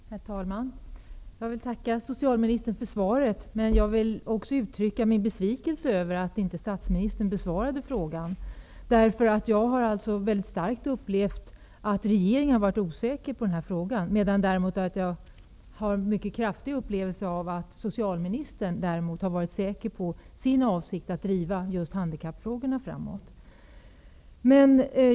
Herr talman! Jag vill tacka socialministern för svaret, men jag måste uttrycka min besvikelse över att inte statsministern besvarade frågan. Jag har upplevt väldigt starkt att regeringen varit osäker i den här frågan. Däremot har jag en stark upplevelse av att socialministern har varit säker på sin avsikt att driva just handikappfrågorna framåt.